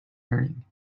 learning